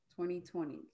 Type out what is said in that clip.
2020